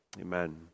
Amen